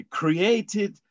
created